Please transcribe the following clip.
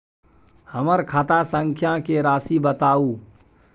हमर खाता संख्या के राशि बताउ